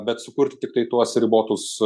bet sukurti tiktai tuos ribotus